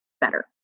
better